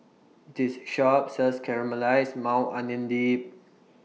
This Shop sells Caramelized Maui Onion Dip